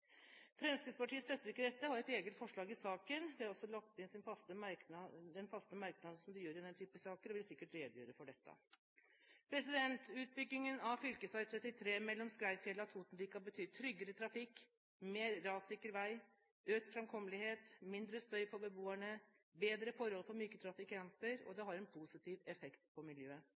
Fremskrittspartiet støtter ikke dette og har et eget forslag i saken. De har også lagt inn sine faste merknader som de har i denne type saker, og vil sikkert redegjøre for dette. Utbyggingen av fv. 33 mellom Skreifjella og Totenvika betyr tryggere trafikk, mer rassikker vei, økt framkommelighet, mindre støy for beboerne, bedre forhold for myke trafikanter, og det har en positiv effekt på miljøet.